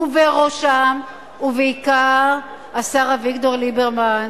ובראשם ובעיקר השר אביגדור ליברמן,